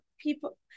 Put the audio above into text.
people